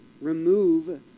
Remove